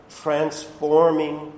transforming